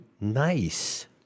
nice